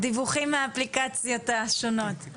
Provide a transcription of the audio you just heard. דיווחים מהאפליקציות השונות.